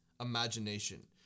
imagination